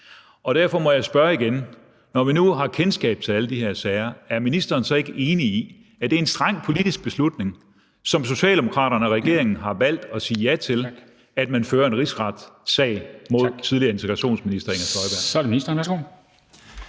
og derfor må jeg spørge igen: Når vi nu har kendskab til alle de her sager, er ministeren så ikke enig i, at det er en streng politisk beslutning, som Socialdemokraterne og regeringen har valgt at sige ja til, at man fører en rigsretssag mod tidligere integrationsminister Inger Støjberg? Kl. 15:15 Formanden (Henrik